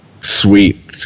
Sweet